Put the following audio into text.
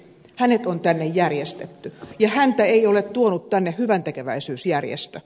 hänet on tänne järjestetty ja häntä ei ole tuonut tänne hyväntekeväisyysjärjestö